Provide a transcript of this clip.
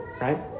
Right